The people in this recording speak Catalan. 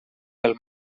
pel